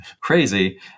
crazy